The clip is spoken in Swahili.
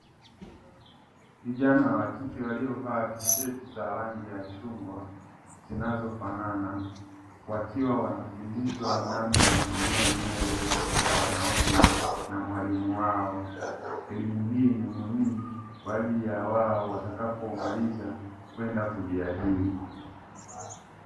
Vijana wa kike waliovalia tisheti za rangi ya kijani zinazofanana